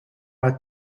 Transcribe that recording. are